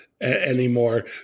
anymore